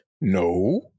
No